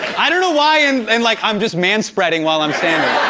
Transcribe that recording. i don't know why and in like i'm just manspreading while i'm standing.